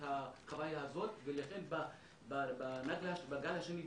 את החוויה הזאת ולכן בגל השני,